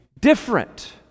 different